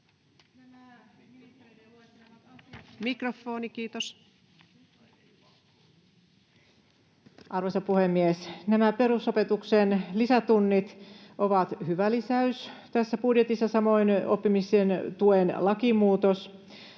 Content: Arvoisa puhemies! Nämä perusopetuksen lisätunnit ovat hyvä lisäys tässä budjetissa, samoin oppimisen tuen lakimuutos.